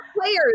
players